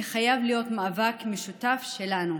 זה חייב להיות מאבק משותף שלנו,